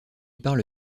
parle